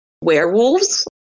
werewolves